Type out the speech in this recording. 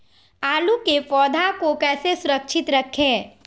आलू के पौधा को कैसे सुरक्षित रखें?